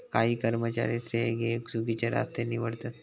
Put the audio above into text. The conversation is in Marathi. काही कर्मचारी श्रेय घेउक चुकिचे रस्ते निवडतत